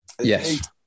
Yes